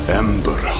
ember